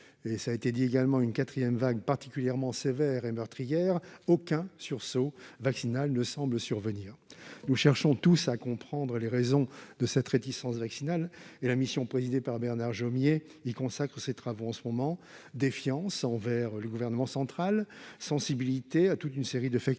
et la Guyane ont connu une quatrième vague particulièrement sévère et meurtrière, aucun sursaut vaccinal ne semble survenir. Nous cherchons tous à comprendre les raisons de cette réticence vaccinale, et la mission présidée par Bernard Jomier y consacre ses travaux en ce moment. Sont évoqués, tour à tour, la défiance envers le gouvernement central, la sensibilité à toute une série de, le traumatisme